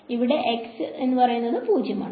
ഇവിടെ x 0 ആണ്